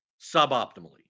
suboptimally